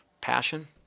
passion